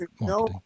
no